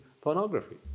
pornography